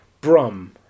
Brum